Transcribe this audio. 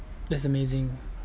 that's amazing